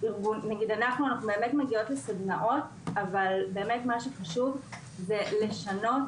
אנחנו מגיעות לסדנאות אבל מה שחשוב זה לשנות